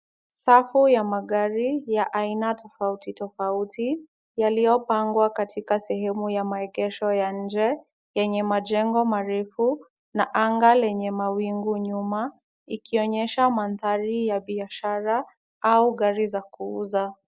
Safu ya magari ya aina tofauti tofauti, yaliyopangwa katika sehemu ya maegesho ya nje, yenye majengo marefu na anga lenye mawingu nyuma, ikionyesha mandhari ya biashara au gari za kuuza.